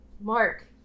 Mark